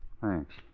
Thanks